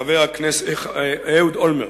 אהוד אולמרט.